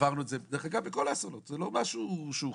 עברנו את זה בכל האסונות, זה לא משהו שהוא חדש.